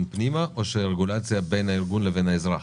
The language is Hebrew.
פנימה או שרגולציה בין הארגון לבין האזרח?